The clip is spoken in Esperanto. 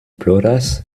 ploras